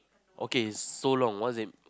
okay so long once they